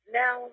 now